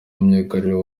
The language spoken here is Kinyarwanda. myugariro